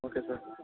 okay sir